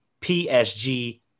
PSG